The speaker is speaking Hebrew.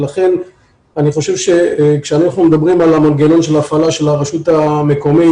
לכן אני חושב שכאשר אנחנו מדברים על המנגנון של הפעלת הרשות המקומית,